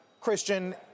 Christian